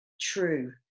true